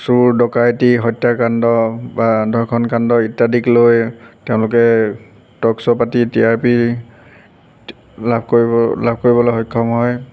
চোৰ দকাইটি হত্যা কাণ্ড বা ধৰ্ষণ কাণ্ড ইত্যাদিক লৈ তেওঁলোকে টক শ্ব' পাতি টি আৰ পি লাভ কৰিব লাভ কৰিবলৈ সক্ষম হয়